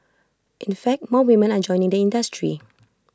in fact more women are joining the industry